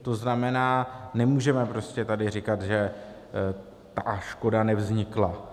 To znamená, nemůžeme prostě tady říkat, že ta škoda nevznikla.